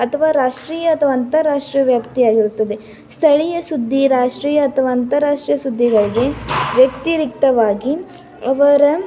ಅಥ್ವಾ ರಾಷ್ಟ್ರೀಯ ಅಥ್ವಾ ಅಂತಾರಾಷ್ಟ್ರೀಯ ವ್ಯಕ್ತಿಯಾಗಿರುತ್ತದೆ ಸ್ಥಳೀಯ ಸುದ್ದಿ ರಾಷ್ಟ್ರೀಯ ಅಥ್ವಾ ಅಂತಾರಾಷ್ಟ್ರೀಯ ಸುದ್ದಿಗಳಿಗೆ ವ್ಯತಿರಿಕ್ತವಾಗಿ ಅವರ